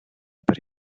per